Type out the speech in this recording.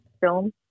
film